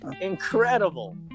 incredible